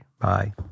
Bye